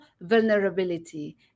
vulnerability